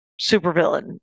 supervillain